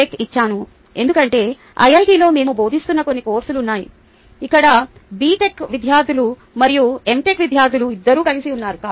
tech ఇచ్చాను ఎందుకంటే ఐఐటిలో మేము బోధిస్తున్న కొన్ని కోర్సులు ఉన్నాయి ఇక్కడ బిటెక్ విద్యార్థులు మరియు ఎంటెక్ విద్యార్థులు ఇద్దరూ కలిసి ఉన్నారు